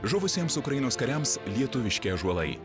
žuvusiems ukrainos kariams lietuviški ąžuolai